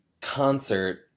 concert